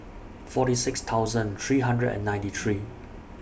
forty six thousand three hundred and ninety three